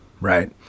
right